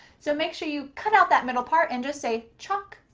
so make sure you cut out that middle part and just say choc-late.